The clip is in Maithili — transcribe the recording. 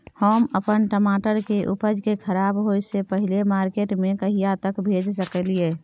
हम अपन टमाटर के उपज के खराब होय से पहिले मार्केट में कहिया तक भेज सकलिए?